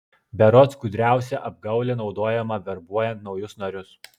berods gudriausia apgaulė naudojama verbuojant naujus narius